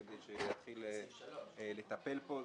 כדי שיתחיל לטפל בו;